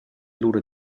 lura